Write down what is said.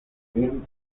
film